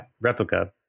replica